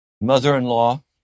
mother-in-law